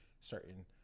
certain